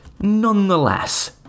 Nonetheless